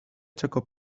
txoko